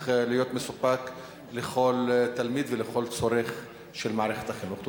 להיות מסופק לכל תלמיד וצורך של מערכת החינוך.